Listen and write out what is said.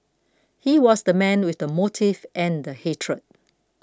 he was the man with the motive and the hatred